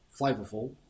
flavourful